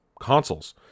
consoles